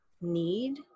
need